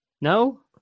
no